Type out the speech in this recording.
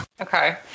Okay